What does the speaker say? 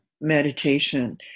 meditation